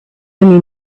only